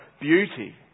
beauty